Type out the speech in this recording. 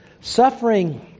Suffering